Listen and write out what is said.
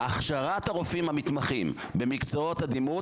הכשרת הרופאים המתמחים במקצועות הדימות